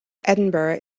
edinburgh